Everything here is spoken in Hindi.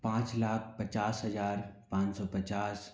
पाँच लाख पचास हजार पाँच सौ पचास